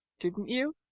didn't you?